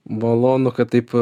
malonu kad taip